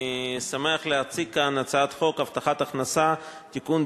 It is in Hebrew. אני שמח להציג כאן הצעת חוק הבטחת הכנסה (תיקון,